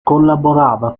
collaborava